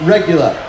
Regular